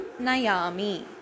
Nayami